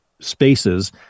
spaces